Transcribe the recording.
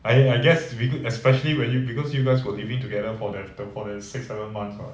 I I I guess we could especially when you because you guys were living together for that for that six seven months [what]